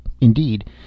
Indeed